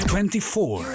Twenty-four